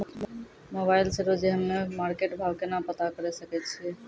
Mobile से रोजे हम्मे मार्केट भाव केना पता करे सकय छियै?